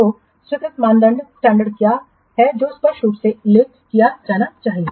तो स्वीकृति मानदंड क्या है जो स्पष्ट रूप से उल्लेख किया जाना चाहिए